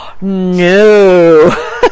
No